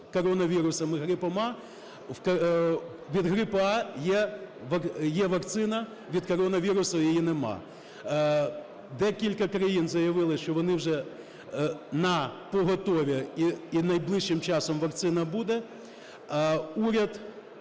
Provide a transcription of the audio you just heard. від грипу А є вакцина, від коронавірусу її немає. Декілька країн заявили, що вони вже напоготові, і на найближчим часом вакцина буде.